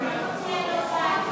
הרכבת הממשלה)